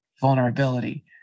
vulnerability